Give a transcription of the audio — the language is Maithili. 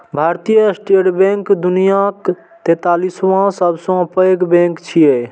भारतीय स्टेट बैंक दुनियाक तैंतालिसवां सबसं पैघ बैंक छियै